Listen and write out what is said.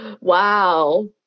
Wow